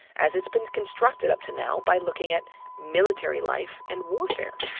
as it's been constructed up to now, by looking at military life and warfare?